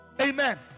Amen